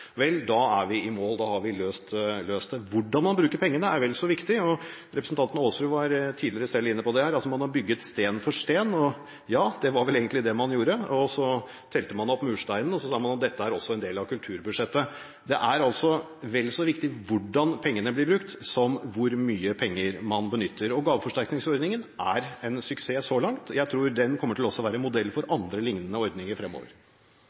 vel, da er vi i mål, da har vi løst det. Hvordan man bruker pengene, er vel så viktig. Representanten Aasrud var tidligere selv inne på det, at man har bygd stein for stein. Ja, det var vel egentlig det man gjorde. Så telte man opp mursteinene, og så sa man at dette er også en del av kulturbudsjettet. Det er vel så viktig hvordan pengene blir brukt, som hvor mye penger man benytter. Og gaveforsterkningsordningen er en suksess så langt. Jeg tror den også kommer til å være modell for andre lignende ordninger fremover.